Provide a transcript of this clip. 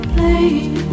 Playing